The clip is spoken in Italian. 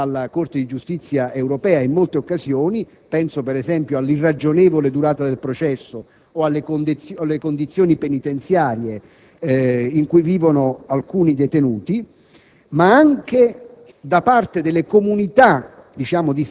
avviene ed è segnalata anche dalla Corte di giustizia europea (penso, per esempio, alla irragionevole durata del processo o alle condizioni penitenziarie in cui vivono alcuni detenuti), e